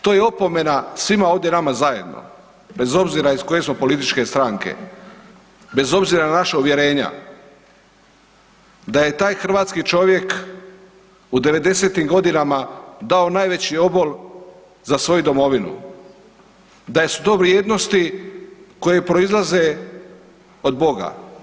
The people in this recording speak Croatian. To je opomena svima ovdje nama zajedno, bez obzira iz koje smo političke stranke, bez obzira na naša uvjerenja, da je taj hrvatski čovjek u 90-tim godinama dao najveći obol za svoju domovinu da su to vrijednosti koje proizlaze od Boga.